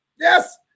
Yes